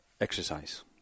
exercise